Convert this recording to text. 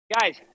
guys